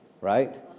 Right